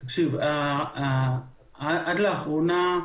עד לאחרונה,